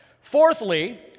Fourthly